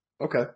Okay